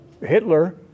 Hitler